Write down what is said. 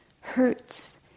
hurts